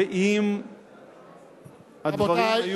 רבותי,